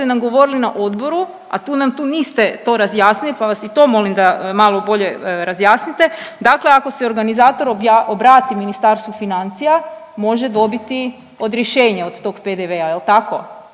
nam govorili na odboru, a tu na tu niste to razjasnili pa vas i to molim da malo bolje razjasnite. Dakle, ako se organizator obrati Ministarstvu financija može dobiti odrješenje od tog PDV-a jel tako?